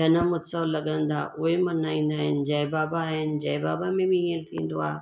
जनम उत्सव लॻंदा उहे मल्हाईंदा आहिनि जय बाबा आहिनि जय बाबा में बि ईअं थींदो आहे